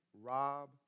rob